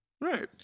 right